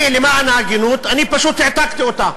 למען ההגינות, אני פשוט העתקתי אותה,